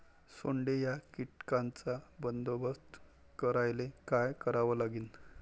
सोंडे या कीटकांचा बंदोबस्त करायले का करावं लागीन?